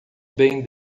bem